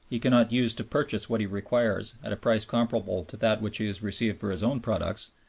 he cannot use to purchase what he requires at a price comparable to that which he has received for his own products,